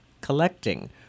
collecting